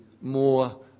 more